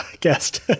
Guest